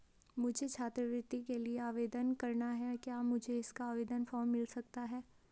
मुझे छात्रवृत्ति के लिए आवेदन करना है क्या मुझे इसका आवेदन फॉर्म मिल सकता है?